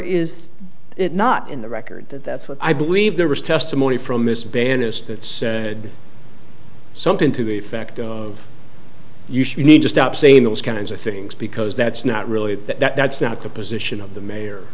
is it not in the record that that's what i believe there was testimony from miss bannister it said something to the effect of you should you need to stop saying those kinds of things because that's not really that that's not the position of the mayor